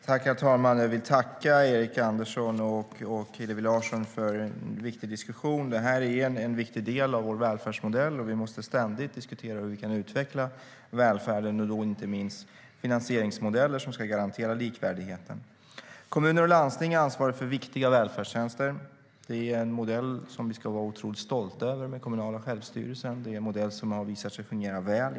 Herr talman! Jag vill tacka Erik Andersson och Hillevi Larsson för en angelägen diskussion. Det här är en viktig del av vår välfärdsmodell, och vi måste ständigt diskutera hur vi kan utveckla välfärden och då inte minst de finansieringsmodeller som ska garantera likvärdigheten. Kommuner och landsting är ansvariga för viktiga välfärdstjänster. Den kommunala självstyrelsen är en modell som vi ska vara oerhört stolta över. Den har i internationella jämförelser visat sig fungera väl.